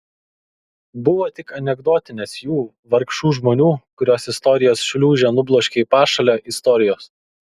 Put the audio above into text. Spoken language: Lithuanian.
buvo tik anekdotinės jų vargšų žmonių kuriuos istorijos šliūžė nubloškė į pašalę istorijos